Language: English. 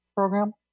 program